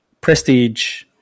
Prestige